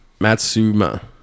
Matsuma